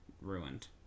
ruined